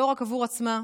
לא רק עבור עצמה,